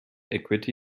equity